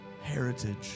Heritage